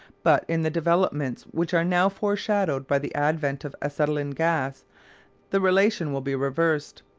but in the developments which are now foreshadowed by the advent of acetylene gas the relation will be reversed.